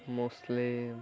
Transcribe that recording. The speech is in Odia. ମୁସଲିମ୍